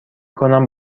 کنم